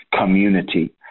community